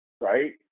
right